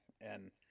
and-